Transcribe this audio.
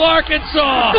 Arkansas